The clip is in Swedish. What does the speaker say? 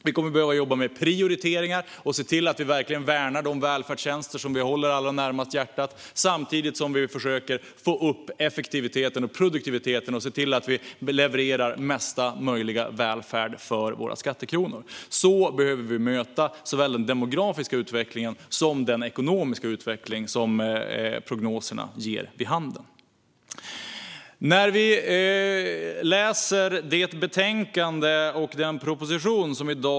Vi kommer att behöva jobba med prioriteringar och verkligen värna de välfärdstjänster som vi håller allra närmast hjärtat, samtidigt som vi försöker att få upp effektiviteten och produktiviteten och leverera mesta möjliga välfärd för våra skattekronor. Så behöver vi möta såväl den demografiska som den ekonomiska utveckling som prognoserna ger vid handen.